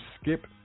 skip